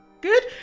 good